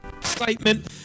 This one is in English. Excitement